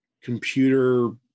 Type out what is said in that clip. computer